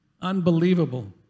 Unbelievable